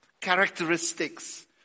characteristics